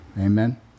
Amen